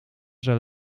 zijn